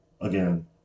again